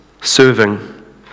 serving